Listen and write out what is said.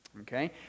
Okay